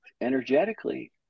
energetically